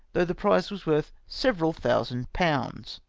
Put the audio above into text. though the prize was worth several thousand pounds!